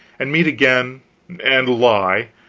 and meet again and lie,